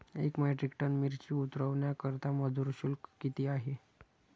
एक metric tonne मिरची उतरवण्याकरता मजूर शुल्क किती आहे?